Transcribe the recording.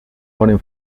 foren